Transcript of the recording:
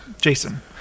Jason